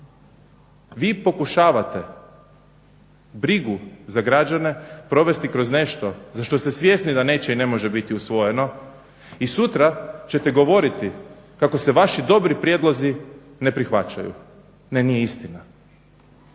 Vi pokušavate brigu za građane provesti kroz nešto za što ste svjesni da neće i ne može biti usvojeno i sutra ćete govoriti kako se vaši dobri prijedlozi ne prihvaćaju. Ne nije istina.